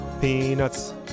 peanuts